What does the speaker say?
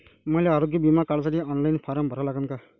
मले आरोग्य बिमा काढासाठी ऑनलाईन फारम भरा लागन का?